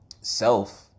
self